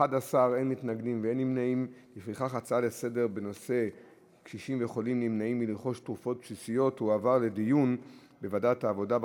ההצעה להעביר את הנושא לוועדת העבודה,